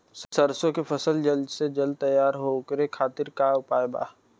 सरसो के फसल जल्द से जल्द तैयार हो ओकरे खातीर का उपाय बा?